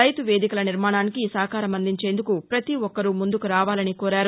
రైతువేదికల నిర్మాణానికి సహకారం అందించేందుకు పతి ఒక్కరూ ముందుకు రావాలని కోరారు